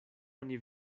oni